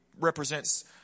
represents